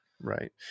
Right